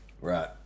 Right